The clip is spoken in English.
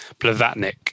Blavatnik